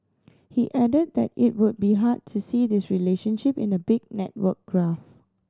he added that it would be hard to see this relationship in a big network graph